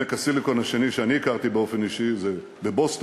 עמק הסיליקון השני שאני הכרתי באופן אישי זה בבוסטון,